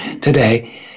today